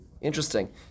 Interesting